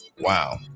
Wow